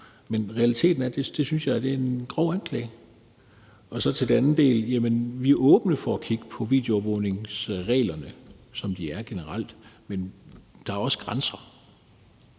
men realiteten er, at jeg synes, det er en grov anklage. Så til den anden del: Jamen vi er åbne over for at kigge på videoovervågningsreglerne, som de er generelt, men der er også grænser.